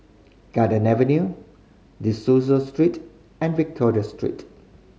Garden Avenue De Souza Street and Victoria Street